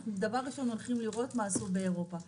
אנחנו דבר ראשון הולכים לראות מה עשו באירופה.